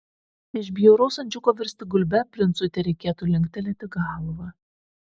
iš bjauraus ančiuko virsti gulbe princui tereikėtų linktelėti galvą